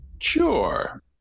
Sure